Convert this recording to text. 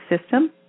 system